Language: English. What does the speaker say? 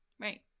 right